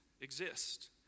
exist